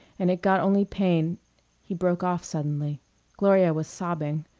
and it got only pain he broke off suddenly gloria was sobbing.